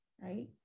right